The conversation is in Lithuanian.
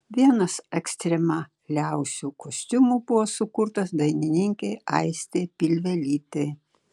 vienas ekstremaliausių kostiumų buvo sukurtas dainininkei aistei pilvelytei